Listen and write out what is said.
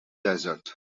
desert